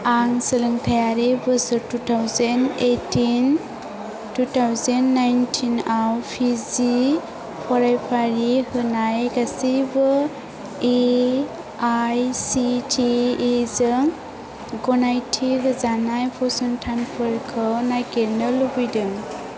आं सोलोंथायारि बोसोर two thousand eighteen two thousand नाइनटिनाव पिजि फरायफारि होनाय गासिबो एआइसिटिइ जों गनायथि होजानाय फसंथानफोरखौ नागिरनो लुबैदों